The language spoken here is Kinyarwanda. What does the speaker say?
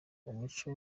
umuco